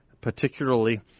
particularly